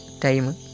time